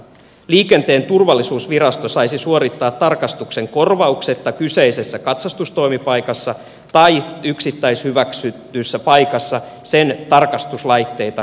liikenteen turvallisuusvirasto saisi suorittaa tarkastuksen korvauksetta kyseisessä katsastustoimipaikassa tai yksittäishyväksytyssä paikassa sen tarkastuslaitteita ja tiloja käyttäen